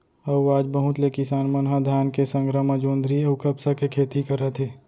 अउ आज बहुत ले किसान मन ह धान के संघरा म जोंधरी अउ कपसा के खेती करत हे